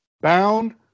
bound